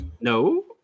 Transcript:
No